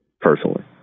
personally